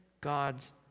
God's